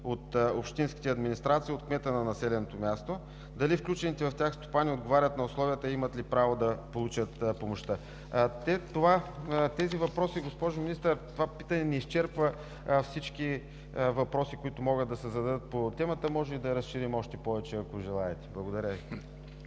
от общинските администрации – от кмета на населеното място? Дали включените в тях стопани отговарят на условията, определящи правото да получат помощта? Тези въпроси, госпожо Министър, това питане не изчерпва всички въпроси, които могат да се зададат по темата. Може и да я разширим повече, ако желаете. Благодаря.